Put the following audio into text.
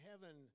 heaven